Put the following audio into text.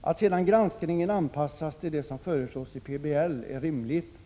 Att sedan granskningen anpassas till det som föreslås i PBL är rimligt.